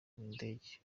nadege